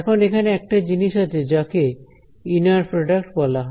এখন এখানে একটা জিনিস আছে যাকে ইনার প্রডাক্ট বলা হয়